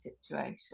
situation